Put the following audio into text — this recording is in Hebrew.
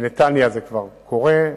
בנתניה זה כבר קורה,